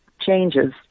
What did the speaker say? changes